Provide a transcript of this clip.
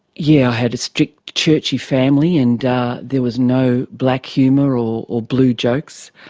yeah had a strict churchy family, and there was no black humour or or blue jokes.